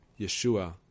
Yeshua